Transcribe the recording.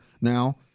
now